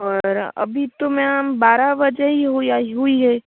और अभी तो मैम बारह बजे ही हुए हुई है